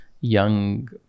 young